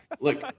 Look